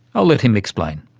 i'll let him explain.